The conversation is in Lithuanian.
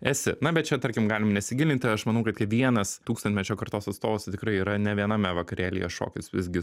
esi na bet čia tarkim galim nesigilinti aš manau kad kiekvienas tūkstantmečio kartos atstovas tikrai yra ne viename vakarėlyje šokęs visgi